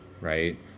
right